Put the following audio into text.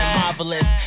marvelous